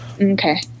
Okay